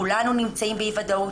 כולנו נמצאים באי-ודאות.